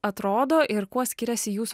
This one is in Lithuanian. atrodo ir kuo skiriasi jūsų